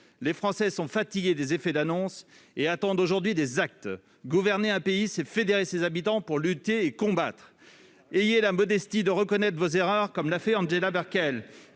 Les Français sont fatigués des effets d'annonce et attendent aujourd'hui des actes. Gouverner un pays, c'est fédérer ses habitants pour lutter et combattre. Ayez la modestie de reconnaître vos erreurs comme l'a fait Angela Merkel,